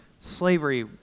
slavery